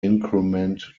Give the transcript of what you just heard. increment